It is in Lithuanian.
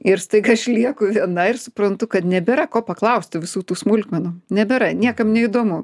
ir staiga aš lieku viena ir suprantu kad nebėra ko paklausti visų tų smulkmenų nebėra niekam neįdomu